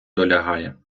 долягає